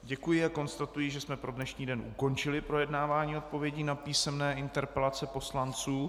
Děkuji a konstatuji, že jsme pro dnešní den ukončili projednávání odpovědí na písemné interpelace poslanců.